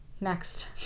Next